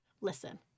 Listen